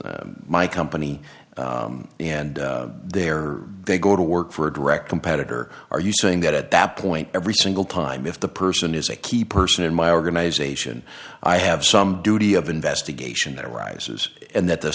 my company and there they go to work for a direct competitor are you saying that at that point every single time if the person is a key person in my organization i have some duty of investigation that arises and that the